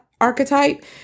archetype